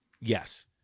Yes